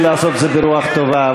ולעשות את זה ברוח טובה.